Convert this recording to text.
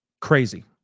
Crazy